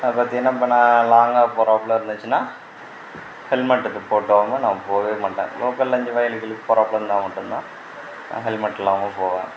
அதை பார்த்திங்கன்னா இப்போ நான் லாங்காக போகிறாப்ல இருந்துச்சுன்னா ஹெல்மெட்டு இப்போ போடாமல் நான் போகவே மாட்டேன் லோக்கலில் இங்கே வயலுக்கு கியலுக்கு போகிறாப்ல இருந்தால் மட்டும்தான் நான் ஹெல்மெட் இல்லாமல் போவேன்